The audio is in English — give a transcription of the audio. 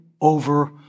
over